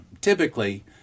Typically